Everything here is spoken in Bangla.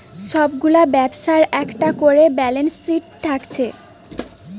সব গুলা ব্যবসার একটা কোরে ব্যালান্স শিট থাকছে